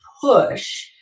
push